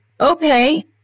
okay